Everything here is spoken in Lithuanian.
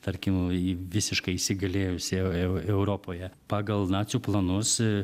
tarkim ji visiškai įsigalėjusi eu europoje pagal nacių planus